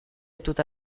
tutta